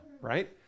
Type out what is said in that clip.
right